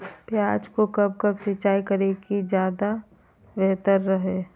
प्याज को कब कब सिंचाई करे कि ज्यादा व्यहतर हहो?